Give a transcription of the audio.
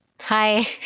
Hi